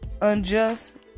unjust